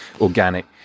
organic